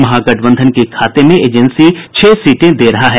महागठबंधन के खाते में एजेंसी छह सीटें दे रहा है